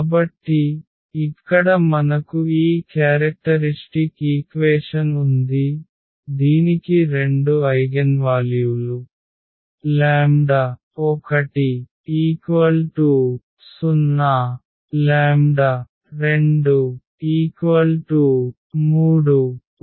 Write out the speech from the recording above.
కాబట్టి ఇక్కడ మనకు ఈ క్యారెక్టరిష్టిక్ ఈక్వేషన్ ఉంది దీనికి రెండు ఐగెన్వాల్యూలు 1 02 3 ఉన్నాయని చెబుతుంది